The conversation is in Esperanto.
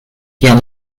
tiam